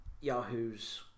Yahoo's